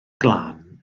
glân